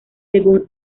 según